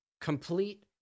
complete